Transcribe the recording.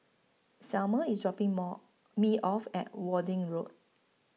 Selmer IS dropping More Me off At Worthing Road